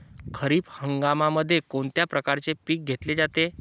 खरीप हंगामामध्ये कोणत्या प्रकारचे पीक घेतले जाते?